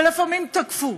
ולפעמים תקפו,